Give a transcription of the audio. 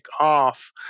off